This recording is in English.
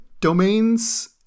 domains